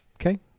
Okay